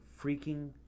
freaking